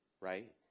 right